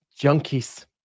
Junkies